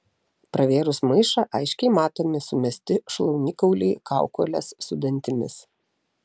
pravėrus maišą aiškiai matomi sumesti šlaunikauliai kaukolės su dantimis